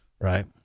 right